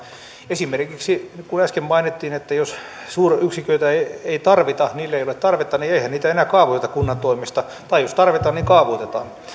esimerkiksi kun äsken mainittiin että jos suuryksiköille ei ole tarvetta niin eihän niitä enää kaavoiteta kunnan toimesta tai jos tarvitaan niin kaavoitetaan